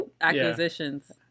acquisitions